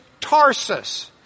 Tarsus